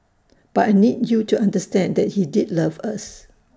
but I need you to understand that he did love us